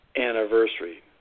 anniversary